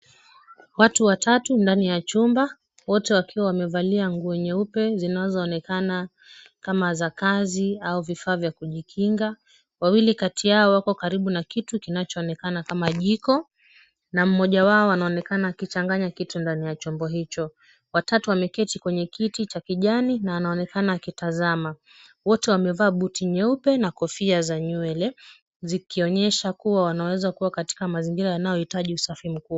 Watu watatu ndani ya chumba wote wakiwa wamevalia nguo nyeupe zinazoonekana kama za kazi au vifaa vya kujikinga. Wawili kati yao wako karibu na kitu kinachoonekana kama jiko na mmoja wao anaonekana akichanganya kitu ndani ya chombo hicho. Watatu wameketi kwenye kiti cha kijani na anaonekana akitazama. Wote wamevaa buti nyeupe na kofia za nywele zikionyesha kuwa wanaweza kuwa katika mazingira yanayohitaji usafi mkuu.